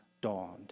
dawned